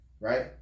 right